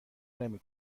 نمی